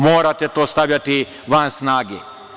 Morate to stavljati van snage.